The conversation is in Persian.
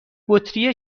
بطری